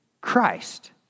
Christ